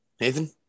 Nathan